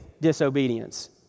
disobedience